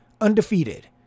undefeated